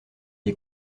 est